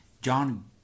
John